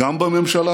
גם בממשלה